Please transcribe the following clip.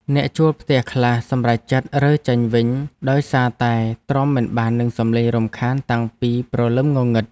អ្នកជួលផ្ទះខ្លះសម្រេចចិត្តរើចេញវិញដោយសារតែទ្រាំមិនបាននឹងសំឡេងរំខានតាំងពីព្រលឹមងងឹត។